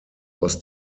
aus